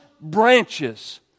branches